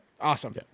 awesome